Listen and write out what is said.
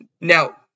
Now